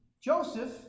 Joseph